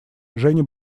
женя